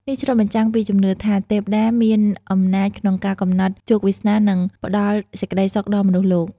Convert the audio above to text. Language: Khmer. នេះឆ្លុះបញ្ចាំងពីជំនឿថា ទេពតាមានអំណាចក្នុងការកំណត់ជោគវាសនា និងផ្តល់សេចក្តីសុខដល់មនុស្សលោក។